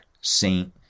saint